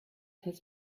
has